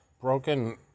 broken